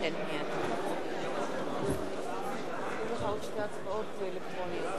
רבותי, מייד לאחר שתוכרז ההצבעה הזאת, אנחנו